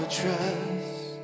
trust